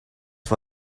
for